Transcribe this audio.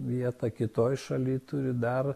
vietą kitoj šaly turi dar